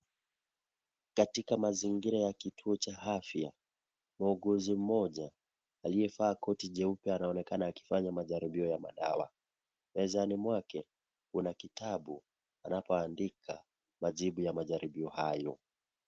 Katika mazingira ya kituo cha afya, muuguzi mmoja, aliyevaa koti jeupe anaonekana akifanya majaribio ya madawa, mezani mwake kuna kitabu anapoandika majibu ya majaribio hayo.